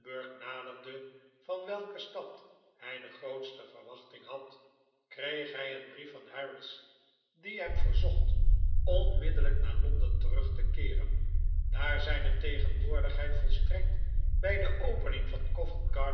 naderde van welke stad hij de grootste verwachting had kreeg hij een brief van harris die hem verzocht onmiddellijk naar l o n d e n terug te keeren daar zijne tegenwoordigheid volstrekt b de opening van